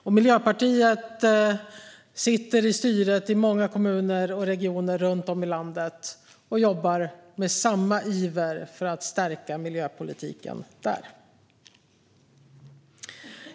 Och Miljöpartiet sitter i styret i många kommuner och regioner runt om i landet och jobbar med samma iver för att stärka miljöpolitiken där.